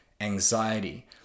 anxiety